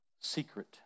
Secret